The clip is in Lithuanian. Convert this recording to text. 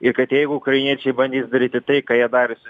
ir kad jeigu ukrainiečiai bandys daryti tai ką jie darė